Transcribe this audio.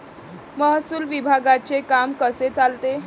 महसूल विभागाचे काम कसे चालते?